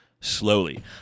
Slowly